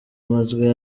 amajwi